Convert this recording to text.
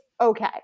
okay